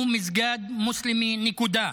הוא מסגד מוסלמי, נקודה.